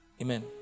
Amen